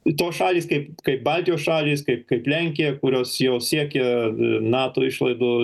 tos šalys kai kaip baltijos šalys kaip kaip lenkija kurios jau siekia nato išlaidų